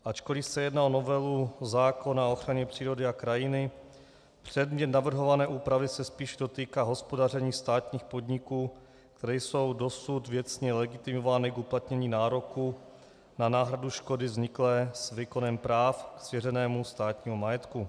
Ačkoliv se jedná o novelu zákona o ochraně přírody a krajiny, předmět navrhované úpravy se spíš dotýká hospodaření státních podniků, které jsou dosud věcně legitimovány k uplatnění nároku na náhradu škody vzniklou s výkonem práv svěřenému státnímu majetku.